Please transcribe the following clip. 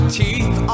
teeth